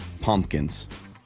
pumpkins